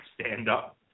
stand-up